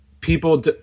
people